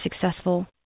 successful